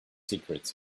secrets